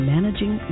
Managing